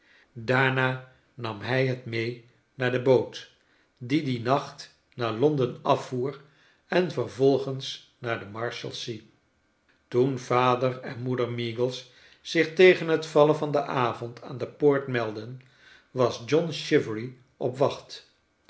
daarna nam hij het mee naar de boot die dien nacht naar londen afvoer en vervolgens naar de marshalsea toen vader en moeder meagles zich tegen het vallen van den avond aan de poort meidden was john chivery op wacht